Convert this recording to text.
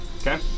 Okay